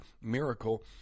miracle